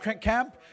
camp